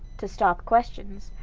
to stop questions,